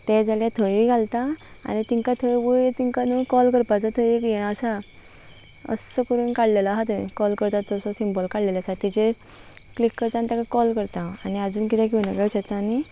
तें जाल्यार थंयूय घालता आनी तेंकां थंय वयर तेंकां न्हू कॉल करपाचो थंय ये आसा असो करून काडलेलो आहा थंय कॉल करता तसो सिं्पल काडलेले आसा तेजेर क्लीिक करता आनी तेका कॉल करता आनी आजून किदें घेवन येता आ्ही